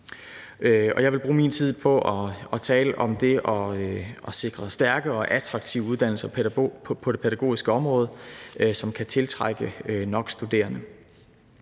Jeg vil bruge min tid på at tale om det at sikre stærke og attraktive uddannelser på det pædagogiske område, som kan tiltrække nok studerende.